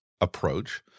approach